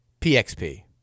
PXP